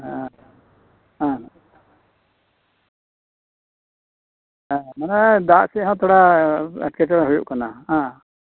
ᱦᱮᱸ ᱦᱮᱸ